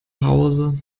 hause